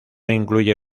incluye